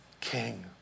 king